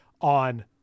on